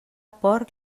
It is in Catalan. porc